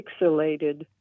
pixelated